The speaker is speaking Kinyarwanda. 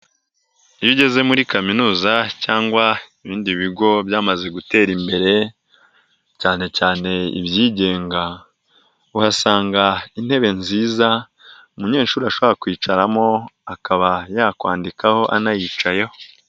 Iyo ugeze muri kaminuza cyangwa ibindi bigo byamaze gutera imbere cyane cyane ibyigenga, uhasanga intebe nziza umunyeshuri ashobora kwicaramo akaba yakwandikaho anayicayeho.